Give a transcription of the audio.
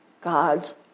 God's